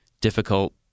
difficult